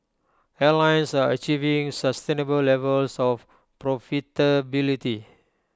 airlines are achieving sustainable levels of profitability